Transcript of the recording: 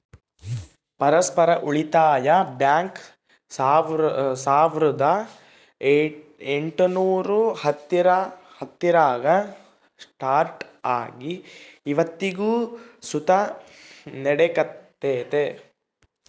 ಪರಸ್ಪರ ಉಳಿತಾಯ ಬ್ಯಾಂಕ್ ಸಾವುರ್ದ ಎಂಟುನೂರ ಹತ್ತರಾಗ ಸ್ಟಾರ್ಟ್ ಆಗಿ ಇವತ್ತಿಗೂ ಸುತ ನಡೆಕತ್ತೆತೆ